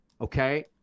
okay